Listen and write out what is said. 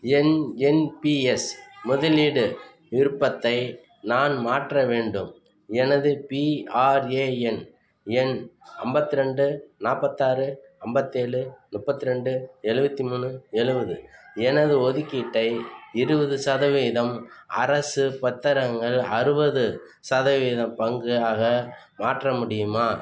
என் NPS முதலீடு விருப்பத்தை நான் மாற்ற வேண்டும் எனது பிஆர்ஏஎன் எண் ஐம்பத்தி ரெண்டு நாற்பதாறு அம்பத்தேழு முப்பத்தி ரெண்டு எழுவத்தி மூணு எழுவது எனது ஒதுக்கீட்டை இருபது சதவீதம் அரசு பத்திரங்கள் அறுபது சதவீதம் பங்கு ஆக மாற்ற முடியுமா